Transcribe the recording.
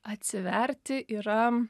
atsiverti yra